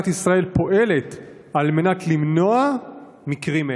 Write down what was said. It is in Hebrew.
איראן משקיעה משאבים בתעמולה ובחתרנות המכוונות לקהל הישראלי.